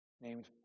named